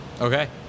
Okay